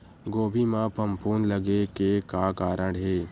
गोभी म फफूंद लगे के का कारण हे?